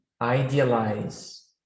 idealize